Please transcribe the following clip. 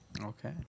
Okay